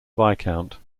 viscount